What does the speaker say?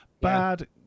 Bad